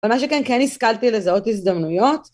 אבל מה שכן כן הסכלתי לזהות הזדמנויות